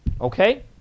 okay